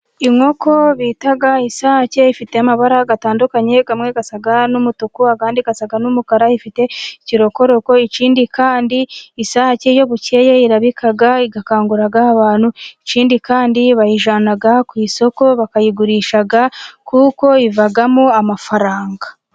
Inkoko bita isake ifite amabara atandukanye, amwe asa n'umutuku, andi asa n'umukara, ifite ikirokoroko, ikndi kandi isake iyo bukeye irabika igakangura abantu, ikindi kandi bayijyana ku isoko bakayigurisha kuko ivamo amafaranga.